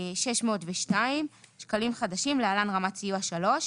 277,602 שקלים חדשים (להלן רמת סיוע 3),